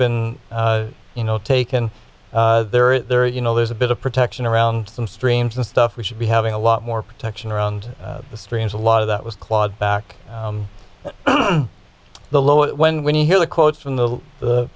been you know taken there are you know there's a bit of protection around some streams and stuff we should be having a lot more protection around the streams a lot of that was clawed back the low when when you hear the quotes from the the